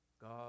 God